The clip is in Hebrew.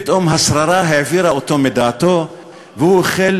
פתאום השררה העבירה אותו על דעתו והוא החל